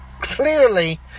clearly